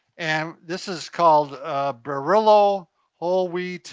and this is called barilla whole wheat